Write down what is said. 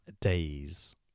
days